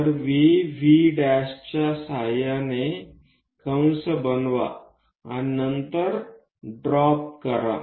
तर VV' च्या सहाय्याने कंस बनवा आणि नंतर ड्रॉप करा